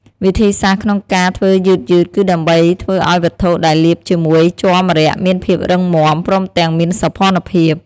វិធីសាស្ត្រក្នុងការធ្វើយឺតៗគឺដើម្បីធ្វើឱ្យវត្ថុដែលលាបជាមួយជ័រម្រ័ក្សណ៍មានភាពរឹងមាំ ព្រមទាំងមានសោភ័ណភាព។